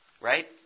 right